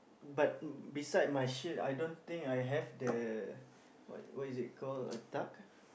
but beside my sheep I don't think I have the what what is it call a duck